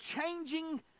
changing